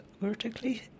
vertically